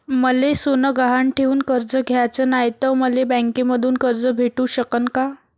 मले सोनं गहान ठेवून कर्ज घ्याचं नाय, त मले बँकेमधून कर्ज भेटू शकन का?